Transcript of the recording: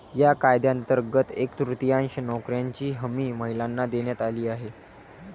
या कायद्यांतर्गत एक तृतीयांश नोकऱ्यांची हमी महिलांना देण्यात आली आहे